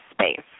space